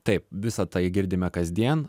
taip visa tai girdime kasdien